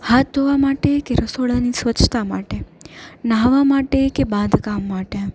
હાથ ધોવા માટે કે રસોડાની સ્વચ્છતા માટે નહાવા માટે કે બાંધકામ માટે